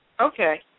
Okay